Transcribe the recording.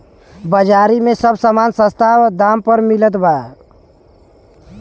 बाजारी में सब समान सस्ता दाम पे मिलत बा